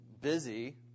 busy